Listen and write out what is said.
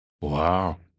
wow